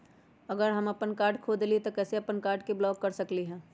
अगर हम अपन कार्ड खो देली ह त हम अपन कार्ड के कैसे ब्लॉक कर सकली ह?